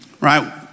right